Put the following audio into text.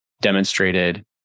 demonstrated